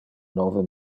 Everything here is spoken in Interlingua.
nove